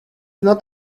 not